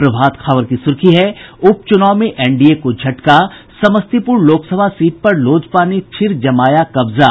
प्रभात खबर की सुर्खी है उप चुनाव में एनडीए को झटका समस्तीपुर लोकसभा सीट पर लोजपा ने फिर जमाया कब्जा